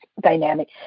dynamic